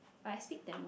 I speak Tamil